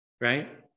Right